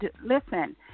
listen